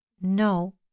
no